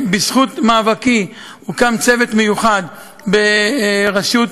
בזכות מאבקי הוקם צוות מיוחד בראשות